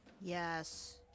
Yes